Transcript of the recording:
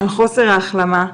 על חוסר ההחלמה,